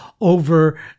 over